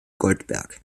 goldberg